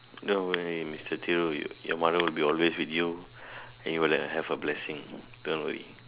no worries mister Thiru your mother will be always with you and you'll have her blessing don't worry